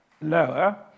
lower